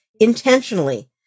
intentionally